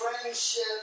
friendship